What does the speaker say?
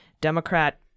Democrat